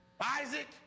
Isaac